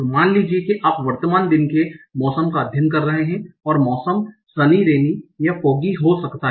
मान लीजिए कि आप वर्तमान दिन के मौसम का अध्ययन कर रहे हैं और मौसम सनी रैनी या फोगी हो सकता है